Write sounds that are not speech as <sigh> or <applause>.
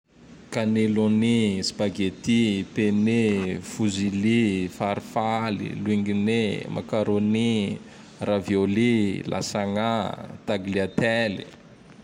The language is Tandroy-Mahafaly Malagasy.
<noise> Kanelôni, <noise> spagety, <noise> pene, <noise> fuzili, <noise> farfaly, <noise> Loingine, <noise> makarôny, <noise> ravioly, <noise> lasagna, <noise> tagliately.